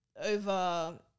over